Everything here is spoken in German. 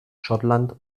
schottland